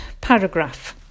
paragraph